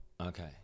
Okay